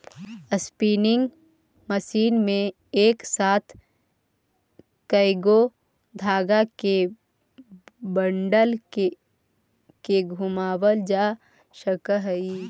spinning machine में एक साथ कएगो धाग के बंडल के घुमावाल जा सकऽ हई